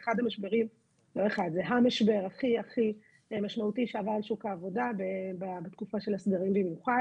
זה ה-משבר הכי הכי משמעותי שעבר על שוק העבודה בתקופה של הסגרים במיוחד.